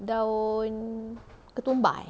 daun ketumbar eh